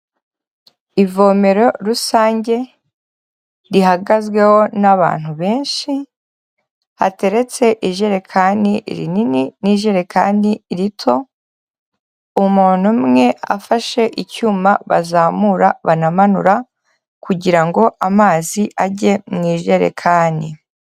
Ivomero rusange rihagazweho n'abantu benshi, hateretse ijerekani rinini n'ijerekani rito, umuntu umwe afashe icyuma bazamura banamanura kugira ngo amazi ajye mu ijerekani.